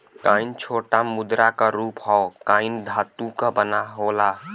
coin छोटा मुद्रा क रूप हौ कॉइन धातु क बना होला